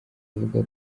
avuga